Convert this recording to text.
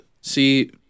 See